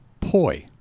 poi